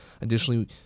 Additionally